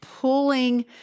pulling